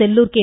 Sellur K